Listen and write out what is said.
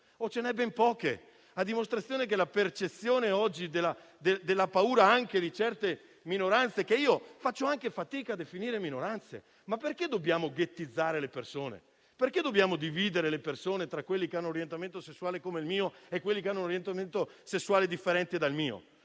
o ce ne sono ben poche, a dimostrazione anche della percezione della paura di certe minoranze, che io faccio fatica a definire minoranze. Ma perché, infatti, dobbiamo ghettizzare le persone? Perché dobbiamo dividere le persone tra quelle che hanno un orientamento sessuale come il mio e quelle che hanno un orientamento sessuale differente? Noi